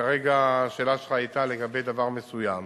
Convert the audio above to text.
כרגע השאלה שלך היתה לגבי דבר מסוים.